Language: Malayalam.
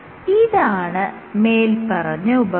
ഇതാണ് മേല്പറഞ്ഞ ഉപകരണം